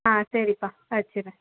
ஆ சரிப்பா நான் வச்சிடுறேன்